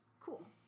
Cool